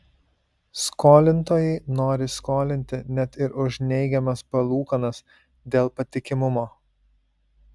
skolintojai nori skolinti net ir už neigiamas palūkanas dėl patikimumo